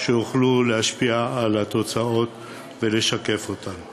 שיוכלו להשפיע על ההוצאות ולשקף אותן.